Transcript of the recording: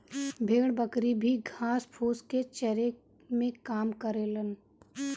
भेड़ बकरी भी घास फूस के चरे में काम करेलन